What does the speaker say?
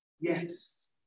yes